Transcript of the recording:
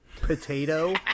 potato